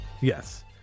Yes